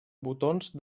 botons